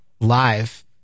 live